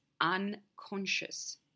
unconscious